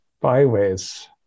byways